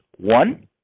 One